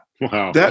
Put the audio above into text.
Wow